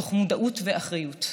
תוך מודעות ואחריות.